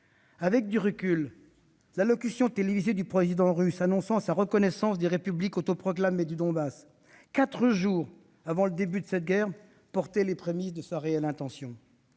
avec le recul, que l'allocution télévisée du président russe annonçant sa reconnaissance des républiques autoproclamées du Donbass, quatre jours avant le début de cette guerre, constituait les prémices de sa réelle intention.